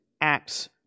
acts